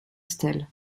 stèle